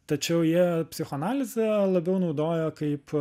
tačiau jie psichoanalizę labiau naudoja kaip